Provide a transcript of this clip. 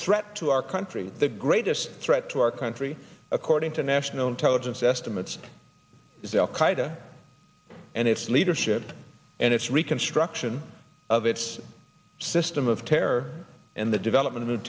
threat to our country the greatest threat to our country according to national intelligence estimates is al qaeda and its leadership and its reconstruction of its system of terror and the development of